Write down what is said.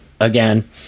again